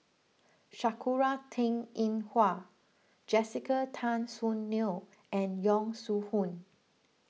Sakura Teng Ying Hua Jessica Tan Soon Neo and Yong Shu Hoong